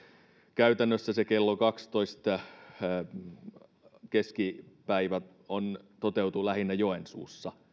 käytännössä se kello kahdentoista keskipäivä toteutuu lähinnä joensuussa